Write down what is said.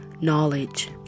knowledge